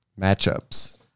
matchups